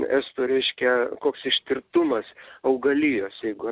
estų reiškia koks ištirtumas augalijos jeigu